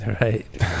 Right